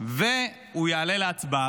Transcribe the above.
והוא יעלה להצבעה.